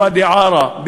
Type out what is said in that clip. ואדי-עארה,